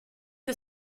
que